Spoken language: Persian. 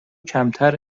کمتر